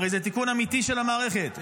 הרי זה תיקון אמיתי של המערכת,